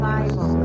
Bible